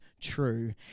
true